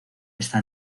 está